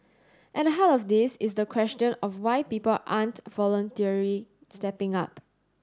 at the heart of this is the question of why people aren't voluntarily stepping up